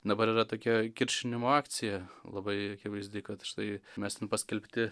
dabar yra tokia kiršinimo akcija labai akivaizdi kad štai mes ten paskelbti